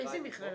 איזו מכללה?